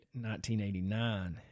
1989